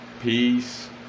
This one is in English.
peace